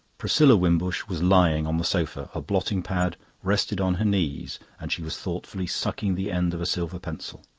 priscilla wimbush was lying on the sofa. a blotting-pad rested on her knees and she was thoughtfully sucking the end of a silver pencil.